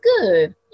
good